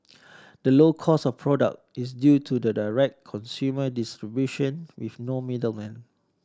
the low cost of product is due to the direct consumer distribution with no middlemen